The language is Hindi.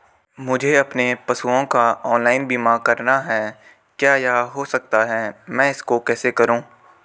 मुझे अपने पशुओं का ऑनलाइन बीमा करना है क्या यह हो सकता है मैं इसको कैसे करूँ?